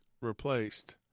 replaced